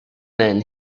then